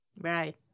Right